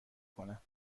کنم